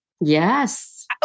Yes